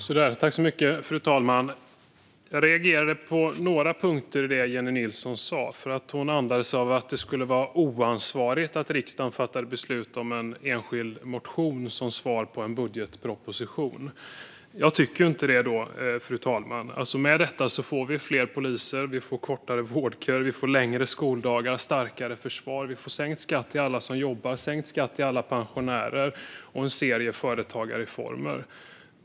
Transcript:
Fru talman! Jag reagerade på några punkter i det som Jennie Nilsson sa. Hon antydde att det skulle vara oansvarigt att riksdagen fattar beslut om en enskild motion som svar på en budgetproposition. Jag tycker inte det, fru talman. I och med detta får vi fler poliser, kortare vårdköer, längre skoldagar, starkare försvar, sänkt skatt för alla som jobbar, sänkt skatt för alla pensionärer och en rad företagarreformer.